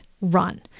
run